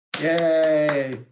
Yay